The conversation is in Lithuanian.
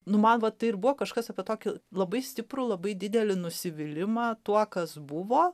nu man vat tai ir buvo kažkas apie tokį labai stiprų labai didelį nusivylimą tuo kas buvo